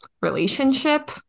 relationship